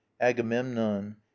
Agamemnon